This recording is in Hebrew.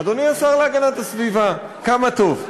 אדוני השר להגנת הסביבה, כמה טוב,